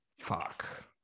Fuck